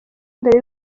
mbere